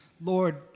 Lord